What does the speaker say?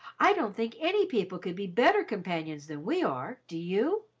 i don't think any people could be better companions than we are, do you?